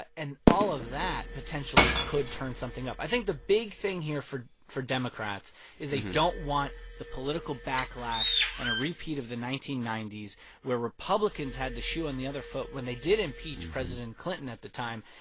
and all of that potentially could turn something up. i think the big thing here for for democrats is they don't want the political backlash and a repeat of the nineteen ninety s where republicans had the shoe on the other foot when they did impeach president clinton at the time.